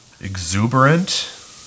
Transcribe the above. exuberant